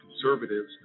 conservatives